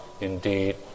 Indeed